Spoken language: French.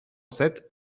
sept